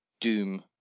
Doom